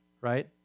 right